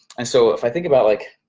and so, if i think about, like